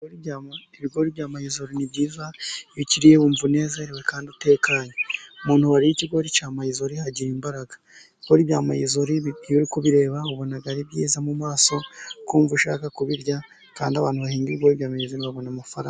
Ibigori bya mayizori ni byiza, iyo ukiriye wumva unezerewe kandi utekanye, umuntu wariye ikigori cya mayizori agira imbaraga, ibigori bya mayezori kubireba wabona ari byiza mu maso ukumva ushaka kubirya kandi abantu bahinga ibigori bya mayizori babona amafaranga.